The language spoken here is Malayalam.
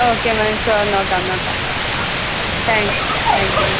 ഓക്കെ മാം ഷുവർ നോക്കാം നോക്കാം താങ്ക്സ് താങ്ക് യു